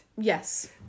Yes